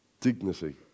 dignity